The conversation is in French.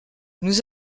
nous